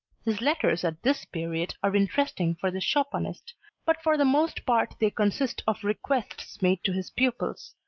his letters at this period are interesting for the chopinist but for the most part they consist of requests made to his pupils,